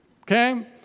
Okay